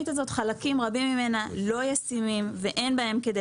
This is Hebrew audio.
חלקים רבים מן התוכנית הזאת לא ישימים ואין בהם כדי